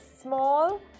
small